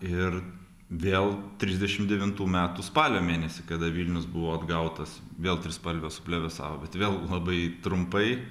ir vėl trisdešimt devintų metų spalio mėnesį kada vilnius buvo atgautas vėl trispalvė suplevėsavo bet vėl labai trumpai